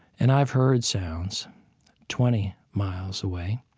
and i've heard sounds twenty miles away.